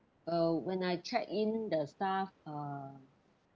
uh when I check in the staff uh